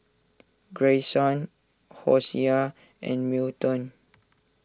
Grayson Hosea and Milton